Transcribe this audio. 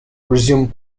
resumed